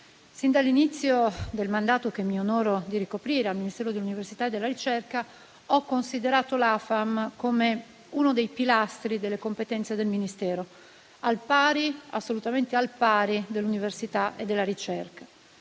Sin dall'inizio del mandato che mi onoro di ricoprire al Ministero dell'università e della ricerca, ho considerato l'AFAM come uno dei pilastri delle competenze del Ministero, assolutamente al pari dell'università e della ricerca.